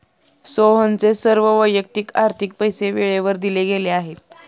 सोहनचे सर्व वैयक्तिक आर्थिक पैसे वेळेवर दिले गेले आहेत